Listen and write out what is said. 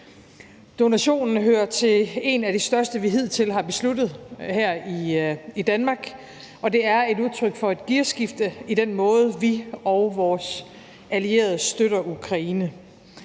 Donationen hører til en af de største, vi hidtil har besluttet her i Danmark, og det er et udtryk for et gearskifte i den måde, hvorpå vi og vores allierede støtter Ukraine.